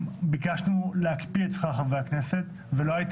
ביקשנו להקפיא את שכר חברי הכנסת ולא היית